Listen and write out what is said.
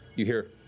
you hear